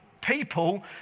people